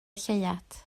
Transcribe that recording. lleuad